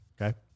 Okay